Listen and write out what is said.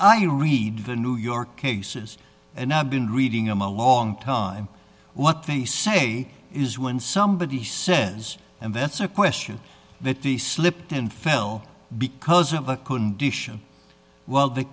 i read the new york cases and i've been reading i'm a long time what they say is when somebody says and that's a question that the slipped and fell because of a condition well the